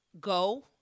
go